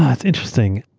ah it's interesting.